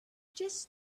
just